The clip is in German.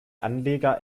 anleger